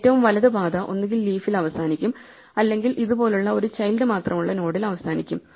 ഏറ്റവും വലത് പാത ഒന്നുകിൽ ലീഫിൽ അവസാനിക്കും അല്ലെങ്കിൽ ഇത് പോലുള്ള ഒരു ചൈൽഡ് മാത്രമുള്ള നോഡിൽ അവസാനിക്കും